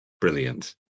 brilliant